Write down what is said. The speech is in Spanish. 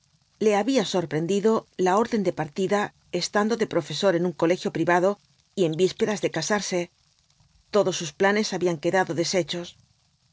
le había sorprendido la orden de partida estando de profesor en un colegio privado y en vísperas de casarle todos sus planes habían quedado deshechos